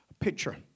picture